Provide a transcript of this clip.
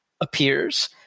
appears